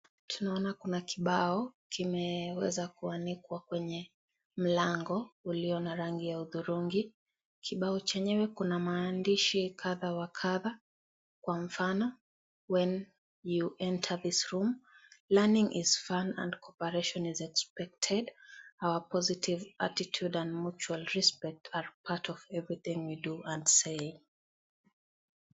Tunaona kuna kibao imeweza kuanikwa kwenye mlango ulio na rangi ya hudhurungi. Kibao Chenyewe kuna maandishi kadha wa kadha kwa mfano " When you enter this room, learning is firm and cooperation is expected. Our positive attitude and mutual respect are part of everything we do and say ".